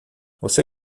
você